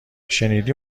شنیدی